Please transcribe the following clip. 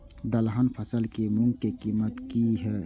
दलहन फसल के मूँग के कीमत की हय?